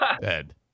dead